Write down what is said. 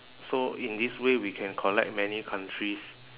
so in this way we can collect many countries